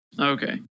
Okay